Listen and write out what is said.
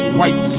white